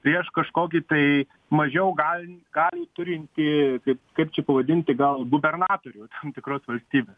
prieš kažkokį tai mažiau gal galių turintį kaip čia pavadinti gal gubernatorių tam tirkos valstybės